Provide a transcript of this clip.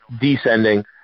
descending –